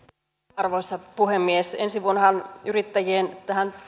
arvoisa puhemies ensi vuonnahan yrittäjien